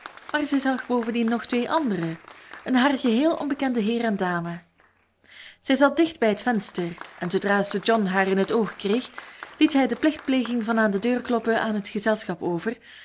maar zij zag bovendien nog twee anderen een haar geheel onbekende heer en dame zij zat dicht bij het venster en zoodra sir john haar in het oog kreeg liet hij de plichtpleging van aan de deur kloppen aan het gezelschap over